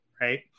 right